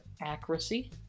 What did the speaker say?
Accuracy